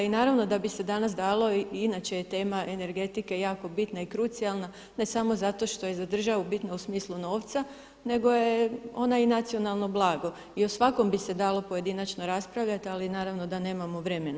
I naravno da bi se danas dalo i inače je tema energetika jako bitna i krucijalna ne samo zato što je za državu bitna u smislu novca nego je ona i nacionalno blago i o svakom bi se dalo pojedinačno raspravljati, ali naravno da nemamo vremena.